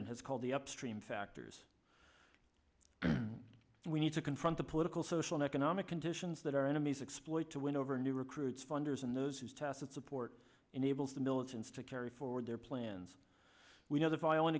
n has called the upstream factors we need to confront the political social and economic conditions that our enemies exploit to win over new recruits funders and those whose tacit support enables the militants to carry forward their plans we know that violent